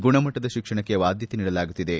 ಗುಣಮಟ್ಟದ ಶಿಕ್ಷಣಕ್ಕೆ ಆದ್ಯತ ನೀಡಲಾಗುತ್ತಿದೆ